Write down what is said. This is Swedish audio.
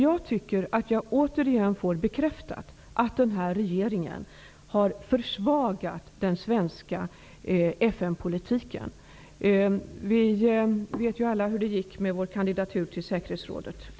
Jag tycker att jag återigen får bekräftat att denna regering har försvagat den svenska FN politiken. Vi vet alla hur det t.ex. gick med Sveriges kandidatur till säkerhetsrådet.